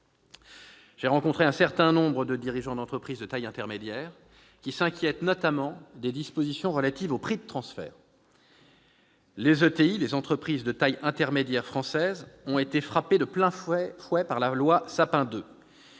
J'ai rencontré un certain nombre de dirigeants d'entreprises de taille intermédiaire, qui s'inquiètent notamment des dispositions relatives aux prix de transfert. Les ETI françaises ont déjà été frappées de plein fouet par la loi Sapin